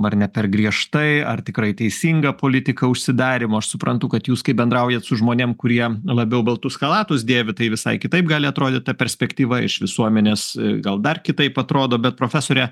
ar ne per griežtai ar tikrai teisinga politika užsidarymo aš suprantu kad jūs kai bendraujat su žmonėm kurie labiau baltus chalatus dėvi tai visai kitaip gali atrodyt ta perspektyva iš visuomenės gal dar kitaip atrodo bet profesore